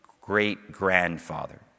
great-grandfather